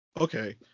Okay